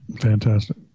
Fantastic